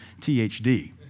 THD